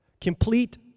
Complete